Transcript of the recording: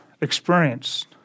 experienced